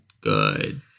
good